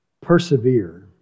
persevere